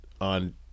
on